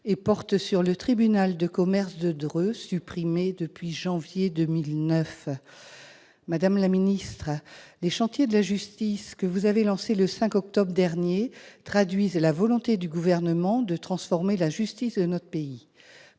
et porte sur le tribunal de commerce de Dreux, supprimé depuis janvier 2009. Madame la ministre, les chantiers de la justice, que vous avez lancés le 5 octobre dernier, traduisent la volonté du Gouvernement de transformer la justice de notre pays.